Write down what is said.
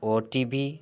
OTV